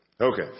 Okay